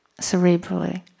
cerebrally